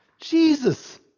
Jesus